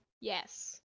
Yes